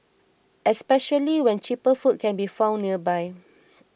especially when cheaper food can be found nearby